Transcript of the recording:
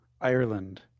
Ireland